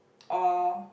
or